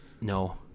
no